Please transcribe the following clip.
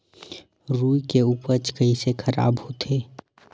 रुई के उपज कइसे खराब होथे?